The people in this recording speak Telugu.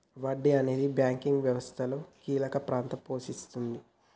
వడ్డీ అనేది బ్యాంకింగ్ వ్యవస్థలో కీలక పాత్ర పోషిస్తాది